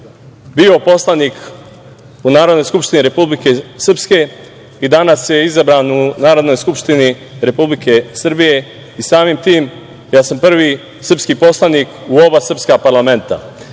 bio poslanik u Narodnoj skupštini Republike Srpske i danas je izabran u Narodnoj skupštini Republike Srbije i samim tim ja sam prvi srpski poslanik u oba srpska parlamenta. To